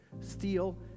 Steal